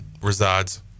resides